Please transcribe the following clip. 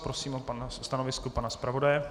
Prosím o stanovisko pana zpravodaje.